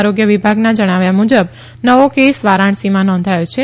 આરોગ્ય વિભાગના જણાવ્યા મુજબ નવો કેસ વારાણસીમાં નોંધાયો છે